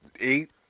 eight